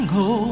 go